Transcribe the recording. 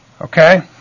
Okay